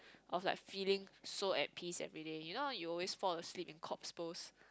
of like feeling so at peace everyday you know you always fall asleep in corpse pose